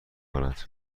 کند